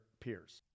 peers